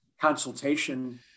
consultation